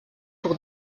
pour